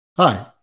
Hi